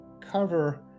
cover